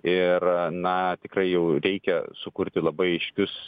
ir na tikrai jau reikia sukurti labai aiškius